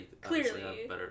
Clearly